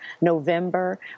November